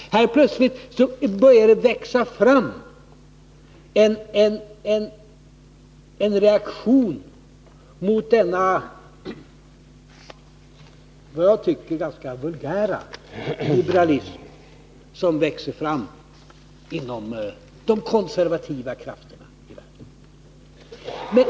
Det börjar plötsligen växa fram en reaktion mot denna vad jag tycker ganska vulgära liberalism, som börjar komma till uttryck bland de konservativa krafterna i världen.